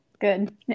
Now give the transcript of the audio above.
good